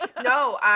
No